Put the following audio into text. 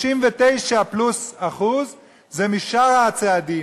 99% פלוס זה משאר הצעדים.